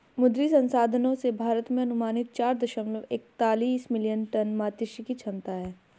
मुद्री संसाधनों से, भारत में अनुमानित चार दशमलव एकतालिश मिलियन टन मात्स्यिकी क्षमता है